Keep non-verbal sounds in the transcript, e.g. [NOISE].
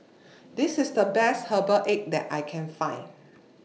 [NOISE] This IS The Best Herbal Egg that I Can Find